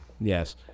Yes